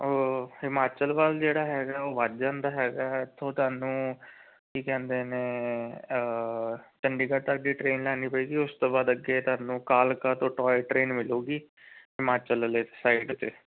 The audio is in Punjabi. ਓ ਹਿਮਾਚਲ ਵੱਲ ਜਿਹੜਾ ਹੈਗਾ ਉਹ ਵੱਧ ਜਾਂਦਾ ਹੈਗਾ ਇੱਥੋਂ ਤੁਹਾਨੂੰ ਕੀ ਕਹਿੰਦੇ ਨੇ ਚੰਡੀਗੜ੍ਹ ਤੱਕ ਦੀ ਟਰੇਨ ਲੈਣੀ ਪਏਗੀ ਉਸ ਤੋਂ ਬਾਅਦ ਅੱਗੇ ਤੁਹਾਨੂੰ ਕਾਲਕਾ ਤੋਂ ਟੋਇ ਟਰੇਨ ਮਿਲੂਗੀ ਹਿਮਾਚਲ ਵਾਲੀ ਸਾਈਡ 'ਤੇ